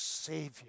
Savior